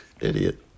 Idiot